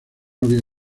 había